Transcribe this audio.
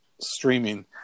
streaming